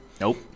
Nope